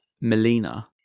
Melina